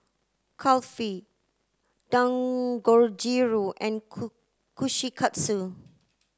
Kulfi Dangojiru and Kushikatsu